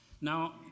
Now